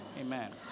Amen